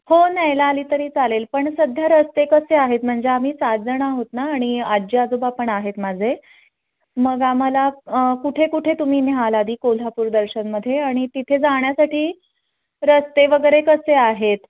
हो न्यायला आली तरी चालेल पण सध्या रस्ते कसे आहेत म्हणजे आम्ही सातजण आहोत ना आणि आजी आजोबा पण आहेत माझे मग आम्हाला कुठे कुठे तुम्ही न्याल आधी कोल्हापूर दर्शनमध्ये आणि तिथे जाण्यासाठी रस्ते वगैरे कसे आहेत